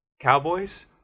Cowboys